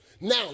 now